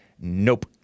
Nope